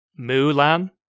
Mulan